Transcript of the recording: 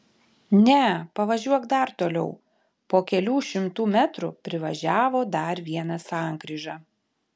ne pavažiuok dar toliau po kelių šimtų metrų privažiavo dar vieną sankryžą